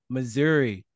Missouri